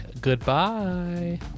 goodbye